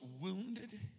wounded